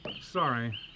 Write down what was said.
Sorry